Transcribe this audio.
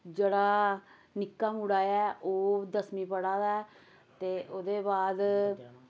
जोह्ड़ा निक्का मुड़ा ऐ ओह् दसमीं पढ़ा दा ऐ ते ओह्दे बाद